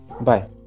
Bye